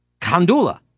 Kandula